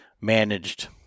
managed